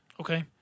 Okay